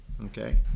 Okay